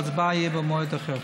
וההצבעה תהיה במועד אחר.